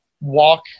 walk